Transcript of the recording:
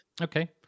okay